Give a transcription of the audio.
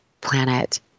planet